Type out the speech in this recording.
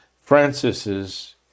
Francis's